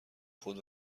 خود